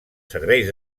serveis